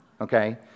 okay